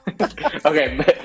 Okay